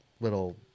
little